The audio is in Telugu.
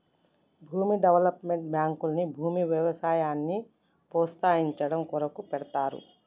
భూమి డెవలప్మెంట్ బాంకుల్ని భూమి వ్యవసాయాన్ని ప్రోస్తయించడం కొరకు పెడ్తారు